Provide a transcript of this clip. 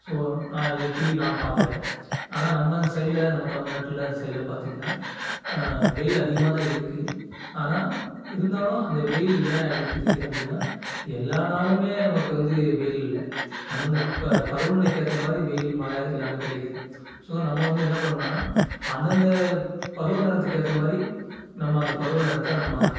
so நான் அதை இப்படியும் நான் பார்க்குறேன் ஆனால் நம்ம சைடில் நம்ம தமில்நாட்டில் சைடில் பார்த்தீங்கன்னா வெயில் அதிகமாக தான் இருக்குது ஆனால் இருந்தாலும் அந்த வெயில் ஏன் அடிக்குது அப்படின்னா எல்லா நாளுமே நமக்கு வந்து வெயில் இல்லை அந்தந்த கு இப்போ பருவ நிலைக்கு ஏற்றமாரி வெயில் மழை எல்லாமே கிடைக்குது ஸோ நம்ம வந்து என்ன பண்ணணும்னால் அந்தந்த பருவநிறத்துக்கு ஏற்றமாரி நம்ம அந்த பருவநிறத்த நம்ம